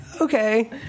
okay